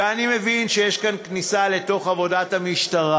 ואני מבין שיש כאן כניסה לתוך עבודת המשטרה,